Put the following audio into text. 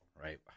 right